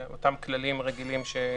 אם כל הדברים האלה היו בתקש"ח,